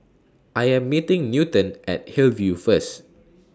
I Am meeting Newton At Hillview First